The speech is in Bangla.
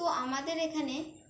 তো আমাদের এখানে